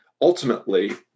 ultimately